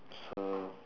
so